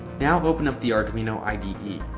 now open up the arduino ide.